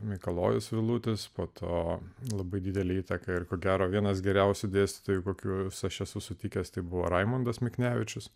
mikalojus vilutis po to labai didelę įtaką ir ko gero vienas geriausių dėstytojų kokius aš esu sutikęs tai buvo raimundas miknevičius